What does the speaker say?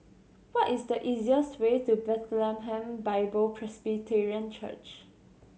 what is the easiest way to Bethlehem Bible Presbyterian Church